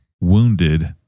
wounded